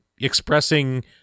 expressing